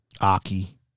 Aki